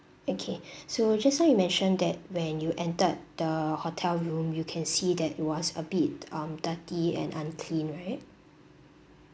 okay so just now you mentioned that when you entered the hotel room you can see that it was a bit um dirty and unclean right